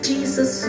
Jesus